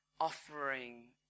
offering